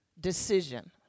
decision